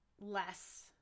less